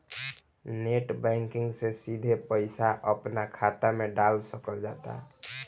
net banking से सिधे पईसा अपना खात मे डाल सकल जाता